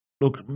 look